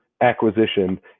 acquisition